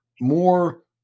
more